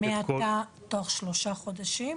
מעתה תוך שלושה חודשים?